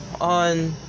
on